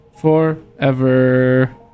Forever